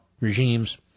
regimes